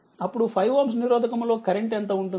అప్పుడు 5Ω నిరోధకము లో కరెంట్ ఎంత ఉంటుంది